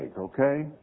okay